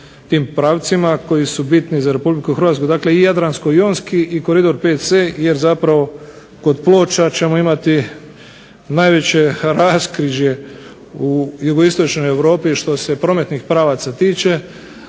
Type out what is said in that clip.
tim pravcima koji su bitni za Republiku Hrvatsku, dakle i Jadranko-jonski i koridor VC jer zapravo kod Ploča ćemo imati najveće raskrižje u Europi što se prometnih pravaca tiče